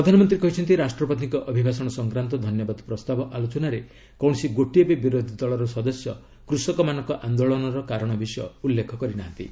ପ୍ରଧାନମନ୍ତ୍ରୀ କହିଛନ୍ତି ରାଷ୍ଟ୍ରପତିଙ୍କ ଅଭିଭାଷଣ ସଂକ୍ରାନ୍ତ ଧନ୍ୟବାଦ ପ୍ରସ୍ତାବ ଆଲୋଚନାରେ କୌଣସି ଗୋଟିଏ ବି ବିରୋଧୀ ଦଳର ସଦସ୍ୟ କୃଷକମାନଙ୍କ ଆନ୍ଦୋଳନର କାରଣ ବିଷୟ ଉଲ୍ଲେଖ କରିନାହାନ୍ତି